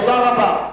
תודה רבה.